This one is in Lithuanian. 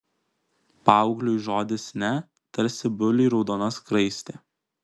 paaugliui žodis ne tarsi buliui raudona skraistė